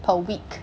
per week